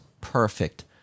perfect